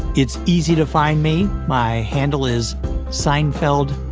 it's easy to find me. my handle is seinfeldmusicguy.